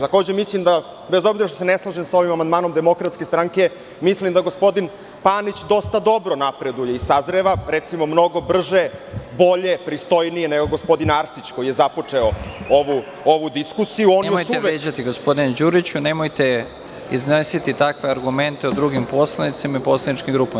Takođe mislim da, bez obzira što se ne slažem sa ovim amandmanom DS, mislim da gospodin Panić dosta dobro napreduje i sazreva, recimo, mnogo brže, bolje, pristojnije nego gospodin Arsić koji je započeo ovu diskusiju… (Predsednik: Nemojte vređati, gospodine Đuriću, nemojte iznositi takve argumente o drugim poslanicima i poslaničkim grupama.